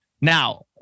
Now